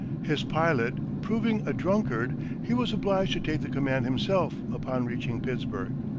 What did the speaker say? his pilot proving a drunkard, he was obliged to take the command himself, upon reaching pittsburg.